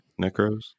Necros